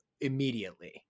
immediately